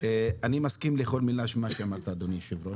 אני מסכים לכל מילה מה שאמרת אדוני היושב ראש,